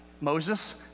Moses